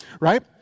right